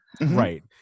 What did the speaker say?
Right